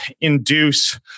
induce